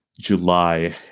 july